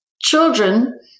children